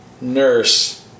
nurse